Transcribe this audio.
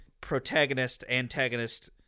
protagonist-antagonist